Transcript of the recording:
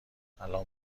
الان